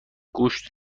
گوشت